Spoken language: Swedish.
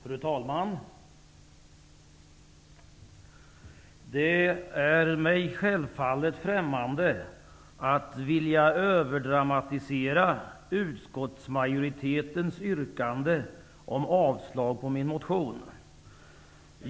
Fru talman! Det är mig självfallet främmande att vilja överdramatisera utskottsmajoritetens yrkande om avslag på min motion.